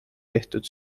tehtud